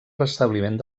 restabliment